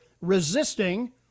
resisting